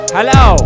Hello